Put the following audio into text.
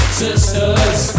sisters